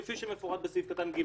כפי שמפורט בסעיף (ג).